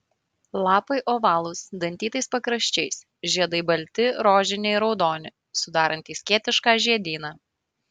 lapai ovalūs dantytais pakraščiais žiedai balti rožiniai raudoni sudarantys skėtišką žiedyną